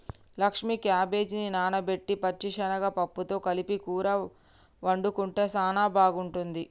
లక్ష్మీ క్యాబేజిని నానబెట్టిన పచ్చిశనగ పప్పుతో కలిపి కూర వండుకుంటే సానా బాగుంటుంది